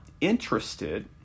interested